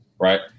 right